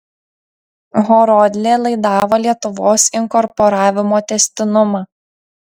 horodlė laidavo lietuvos inkorporavimo tęstinumą